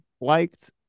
liked